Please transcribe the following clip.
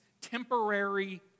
temporary